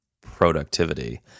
productivity